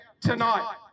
tonight